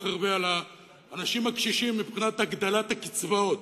הרבה על האנשים הקשישים מבחינת הגדלת הקצבאות.